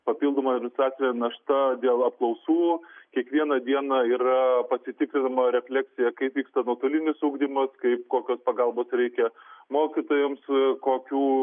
papildoma administracine našta dėl apklausų kiekvieną dieną yra pasitikrinima refleksija kaip vyksta nuotolinis ugdymas kaip kokios pagalbos reikia mokytojams kokių